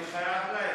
אני חייב להם.